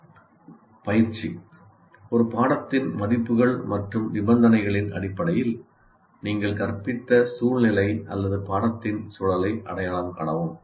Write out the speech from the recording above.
உடற்பயிற்சி ஒரு பாடத்தின் மதிப்புகள் மற்றும் நிபந்தனைகளின் அடிப்படையில் நீங்கள் கற்பித்த சூழ்நிலை அல்லது பாடத்தின் சூழலை அடையாளம் காணவும்